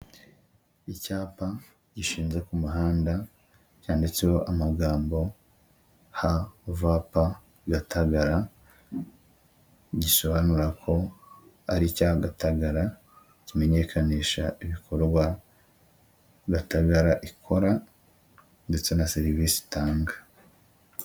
Icyapa gishinze ku muhanda cyanditseho amagambo havapa Gatagara, gisobanura ko ari icya Gatagara kimenyekanisha ibikorwa Gatagara ikora ndetse na serivisi itanga.